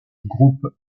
groupe